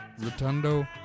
Rotundo